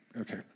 okay